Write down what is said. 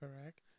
correct